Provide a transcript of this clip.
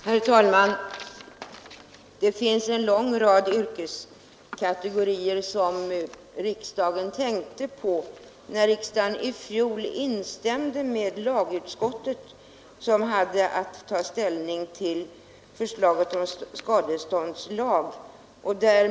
Herr talman! Det var en lång rad yrkeskategorier som riksdagen tänkte på när den i fjol instämde med lagutskottet som hade haft att ta ställning till förslaget om skadeståndslag.